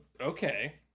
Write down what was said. Okay